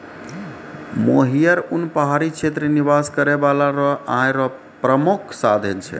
मोहियर उन पहाड़ी क्षेत्र निवास करै बाला रो आय रो प्रामुख साधन छै